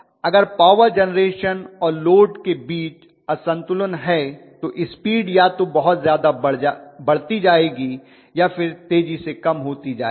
अगर power generation और load के बीच असंतुलन है तो स्पीड या तो बहुत ज्यादा बढती जाएगी या फ़िर तेजी से कम होती जाएगी